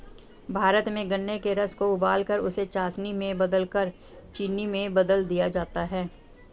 भारत में गन्ने के रस को उबालकर उसे चासनी में बदलकर चीनी में बदल दिया जाता है